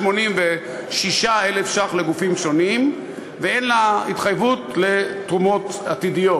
186,000 ש"ח לגופים שונים ואין לה התחייבות לתרומות עתידיות.